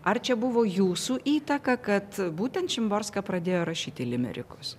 ar čia buvo jūsų įtaka kad būtent šimborska pradėjo rašyti limerikus